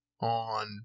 on